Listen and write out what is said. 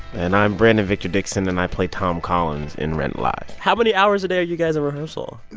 and i'm brandon victor dixon, and i play tom collins in rent live. how many hours a day are you guys at rehearsal?